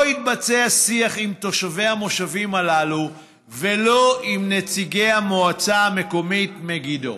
לא התבצע שיח עם תושבי המושבים הללו ולא עם נציגי המועצה המקומית מגידו.